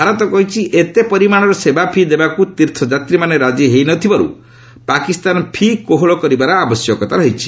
ଭାରତ କହିଛି ଏତେ ପରିମାଣର ସେବା ଫି' ଦେବାକୁ ତୀର୍ଥଯାତ୍ରୀମାନେ ରାଜି ହେଉ ନଥିବାରୁ ପାକିସ୍ତାନ ଫି' କୋହଳ କରିବାର ଆବଶ୍ୟକତା ରହିଛି